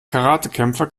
karatekämpfer